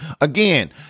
again